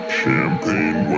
Champagne